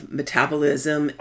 metabolism